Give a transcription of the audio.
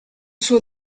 suo